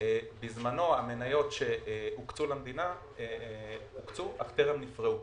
בזמנו המניות שהוקצו למדינה, הוקצו אך טרם נפרעו.